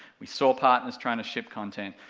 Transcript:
we saw partners trying to ship content,